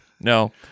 No